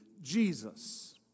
Jesus